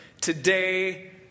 Today